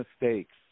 mistakes